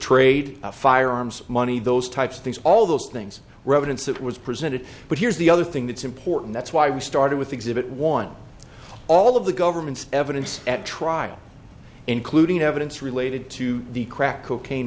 trade firearms money those types of things all those things were evidence that was presented but here's the other thing that's important that's why we started with exhibit one all of the government's evidence at trial including evidence related to the crack cocaine